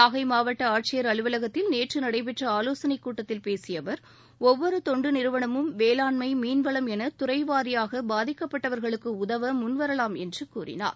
நாகை மாவட்ட ஆட்சியர் அலுவலகத்தில் நேற்று நடைபெற்ற ஆலோசனைக் கூட்டத்தில் பேசிய ஒவ்வொரு தொண்டு நிறுவனமும் வேளாண்மை மீன்வளம் என துறைவாரியாக அவர் பாதிக்கப்பட்டவர்களுக்கு உதவ முன்வரலாம் என்று கூறினார்